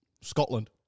Scotland